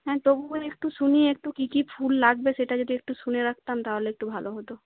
হ্যাঁ তবু একটু শুনি একটু কি কি ফুল লাগবে সেটা যদি একটু শুনে রাখতাম তাহলে একটু ভালো হত